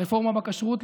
הרפורמה בכשרות,